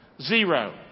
Zero